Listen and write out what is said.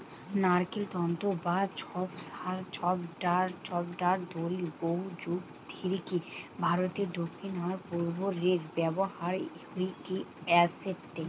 নারকেল তন্তু বা ছিবড়ার দড়ি বহুযুগ ধরিকি ভারতের দক্ষিণ আর পূর্ব রে ব্যবহার হইকি অ্যাসেটে